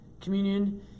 communion